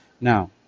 Now